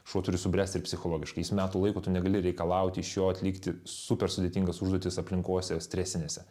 šuo turi subręst ir psichologiškai jis metų laiko tu negali reikalauti iš jo atlikti super sudėtingas užduotis aplinkose stresinėse